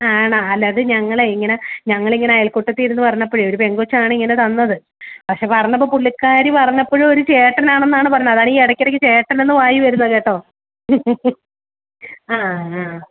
ആണോ അല്ല അത് ഞങ്ങളേ ഇങ്ങനെ ഞങ്ങൾ ഇങ്ങനെ അയൽക്കൂട്ടത്തിൽ ഇരുന്ന് പറഞ്ഞപ്പോഴേ ഒരു പെൺകൊച്ച് ആണ് ഇങ്ങനെ തന്നത് പക്ഷേ പറഞ്ഞപ്പോൾ പുള്ളിക്കാരി പറഞ്ഞപ്പോഴും ഒരു ചേട്ടൻ ആണെന്നാണ് പറഞ്ഞത് അതാണ് ഇടയ്ക്ക് ഇടയ്ക്ക് ചേട്ടൻ എന്ന വായിൽ വരുന്നത് കേട്ടോ ആ ആ